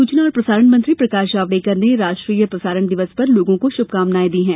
सुचना और प्रसारण मंत्री प्रकाश जावड़ेकर ने राष्ट्रीय प्रसारण दिवस पर लोगों को श्भकामनाएं दी हैं